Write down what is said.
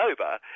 over